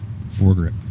foregrip